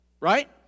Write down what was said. Right